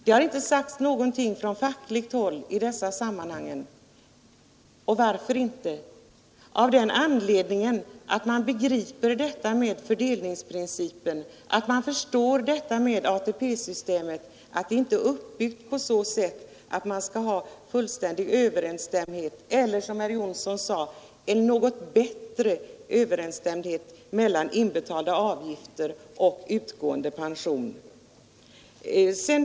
Det har inte sagts något från fackligt håll i dessa sammanhang, och vad är anledningen härtill? Jo, man begriper där fördelningsprincipen och förstår att ATP-systemet inte är uppbyggt på sådant sätt att man kan få en fullständig överensstämmelse eller, som herr Jonsson sade, en något bättre överensstämmelse mellan inbetalda avgifter och utgående pension.